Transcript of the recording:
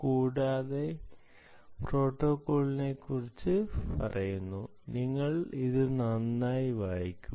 കൂടാതെ പ്രോട്ടോക്കോളിനെക്കുറിച്ച് പറയുന്നു നിങ്ങൾ ഇത് നന്നായി വായിക്കു